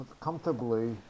comfortably